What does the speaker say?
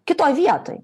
kitoj vietoj